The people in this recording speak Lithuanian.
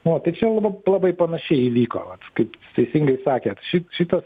nu va tai čia lab labai panašiai įvyko va kaip teisingai sakėt šit šitas